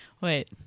wait